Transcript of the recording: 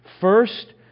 First